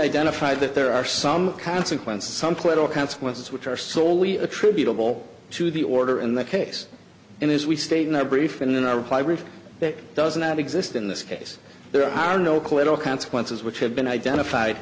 identified that there are some consequences some political consequences which are solely attributable to the order in the case in his we stayed in our brief in our reply brief that does not exist in this case there are no collateral consequences which have been identified